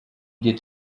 did